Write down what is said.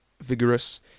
vigorous